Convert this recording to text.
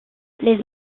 les